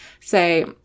say